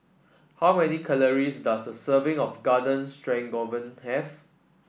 how many calories does a serving of Garden Stroganoff have